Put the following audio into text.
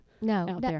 No